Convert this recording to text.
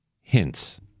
hints